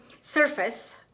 surface